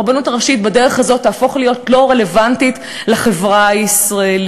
הרבנות הראשית בדרך הזאת תהפוך להיות לא רלוונטית לחברה הישראלית.